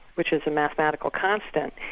which is a mathematical constant,